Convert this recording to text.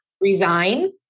resign